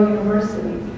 University